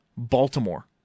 Baltimore